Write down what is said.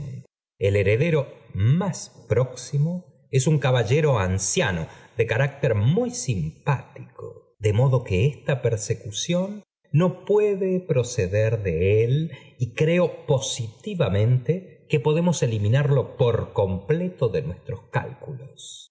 el heredero nriií es un caballero anciano de carácter muy mcedérl d i mft i que ta p erse cución no puede d é y cr positivamente que podemos e iminarlo por completo de nuestros cálculos